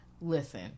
Listen